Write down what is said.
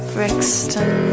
Brixton